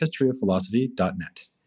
historyofphilosophy.net